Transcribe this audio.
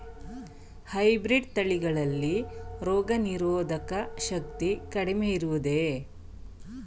Hybrid ತಳಿಗಳಲ್ಲಿ ರೋಗನಿರೋಧಕ ಶಕ್ತಿ ಕಡಿಮೆ ಇರುವುದೇ?